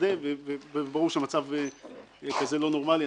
ברור שמצב כזה לא נורמלי,